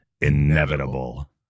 inevitable